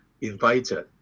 invited